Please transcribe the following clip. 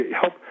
help